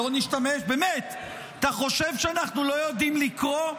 אתה חושב שאנחנו לא יודעים לקרוא?